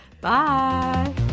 Bye